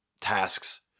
tasks